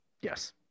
Yes